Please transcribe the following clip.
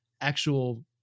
actual